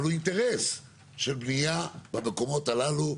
אבל הוא אינטרס של בנייה במקומות הללו,